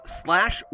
slash